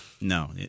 No